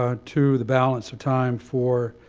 ah to the balance of time for